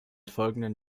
folgenden